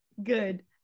good